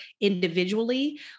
individually